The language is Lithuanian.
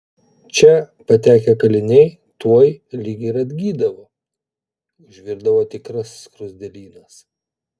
čia patekę kaliniai tuoj lyg ir atgydavo užvirdavo tikras skruzdėlynas